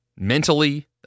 Mentally